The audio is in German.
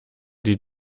die